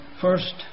first